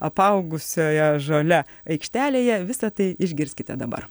apaugusioje žole aikštelėje visa tai išgirskite dabar